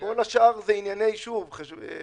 כל השאר אלה ענייני חשבוניות,